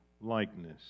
likeness